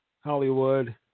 Hollywood